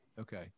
Okay